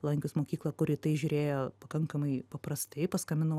lankius mokyklą kur į tai žiūrėjo pakankamai paprastai paskambinau